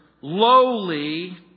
Lowly